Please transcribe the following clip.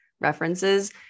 references